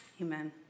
Amen